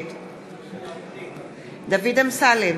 נגד דוד אמסלם,